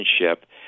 relationship